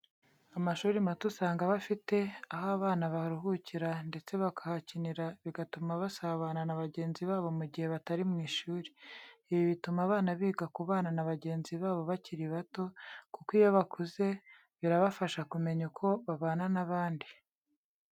Amashuri mato usanga aba afite aho abana baruhukira ndetse bakahakinira, bigatuma basabana na bagenzi babo mu gihe batari mu ishuri. Ibi bituma abana biga kubana na bagenzi babo bakiri bato, kuko iyo bakuze birabafasha kumenya uko babana n'abandi.